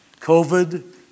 COVID